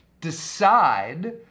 Decide